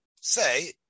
say